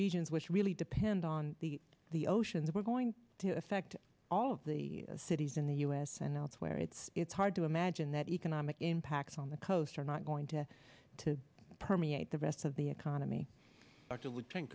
regions which really depend on the the oceans we're going to affect all of the cities in the u s and elsewhere it's it's hard to imagine that economic impacts on the coasts are not going to to permeate the rest of the economy ou